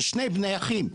זה שני בני אחים,